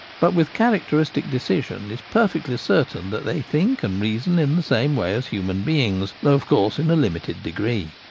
but with characteristic decision is perfectly certain that they think and reason in the same way as human beings, though of course in a limited degree.